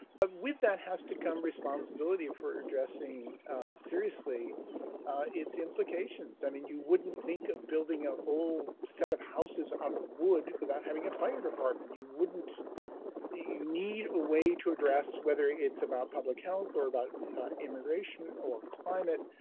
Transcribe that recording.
but with that has to come responsibility if we're addressing seriously its implications. i mean you wouldn't think of building a whole set of houses out of wood without having a fire department. you wouldn't you need a way to address, whether it's about public health or about immigration or climate,